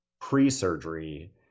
pre-surgery